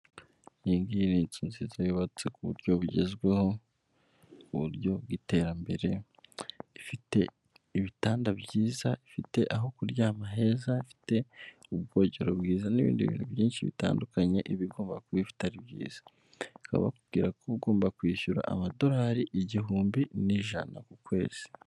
Iyingiyi ni inzu nziza yubatse ku buryo bugezweho ku buryo bw'iterambere, ifite ibitanda byiza, ifite aho kuryama heza, ifite ubwogero bwiza n'ibindi bintu byinshi bitandukanye ibi igomba kuba ifite ari byiza. Bakaba bakubwira ko uba ugomba kwishyura amadorari igihumbi n'ijana ku kwezi.